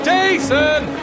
Jason